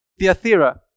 Theathera